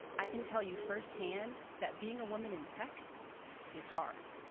i can tell you firsthand that being a woman in tech is hard,